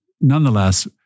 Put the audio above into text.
nonetheless